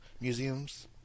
museums